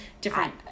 different